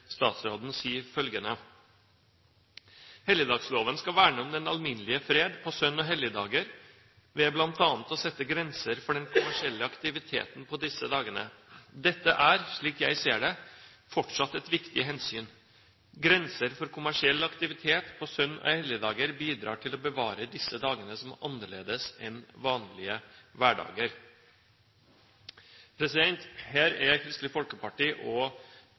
statsråden sier følgende: «Helligdagsloven skal verne om den alminnelige fred på søn- og helligdager ved blant annet å sette grenser for den kommersielle aktiviteten på disse dagene. Dette er, slik jeg ser det, fortsatt et viktig hensyn. Grenser for kommersiell aktivitet på søn- og helligdager bidrar til å bevare disse dagene som annerledes enn vanlige hverdager.» Her er Kristelig Folkeparti, statsråden og